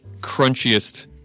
crunchiest